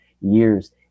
years